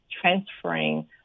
Transferring